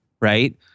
Right